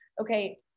okay